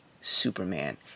Superman